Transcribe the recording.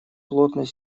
плотной